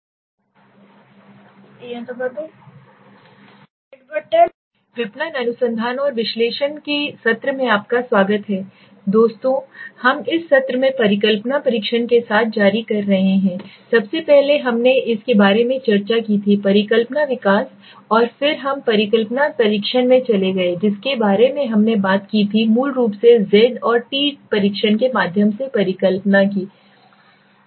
अंतिम समय में सत्र विपणन अनुसंधान और विश्लेषण में आपका स्वागत है दोस्तों सत्र हम परिकल्पना परीक्षण के साथ जारी कर रहे थे इससे पहले हमने इसके बारे में चर्चा की थी परिकल्पना विकास और फिर हम परिकल्पना परीक्षण में चले गए जिसके बारे में हमने बात की थी मूल रूप से z t परीक्षण के माध्यम से परिकल्पना परीक्षण